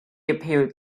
appeared